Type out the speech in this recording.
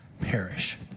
perish